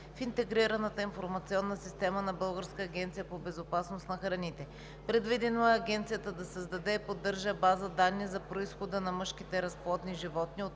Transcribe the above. в Интегрираната информационна система на Българската агенция по безопасност на храните. Предвидено е Агенцията да създаде и поддържа база данни за произхода на мъжките разплодни животни